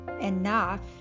enough